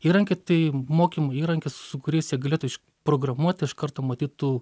įrankiai tai mokymo įrankis su kuriais jie galėtų iš programuoti iš karto matytų